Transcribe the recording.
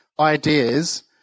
Ideas